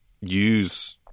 use